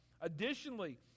Additionally